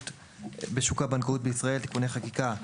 בשוק הבנקאות בישראל (תיקוני חקיקה),